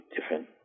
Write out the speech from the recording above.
different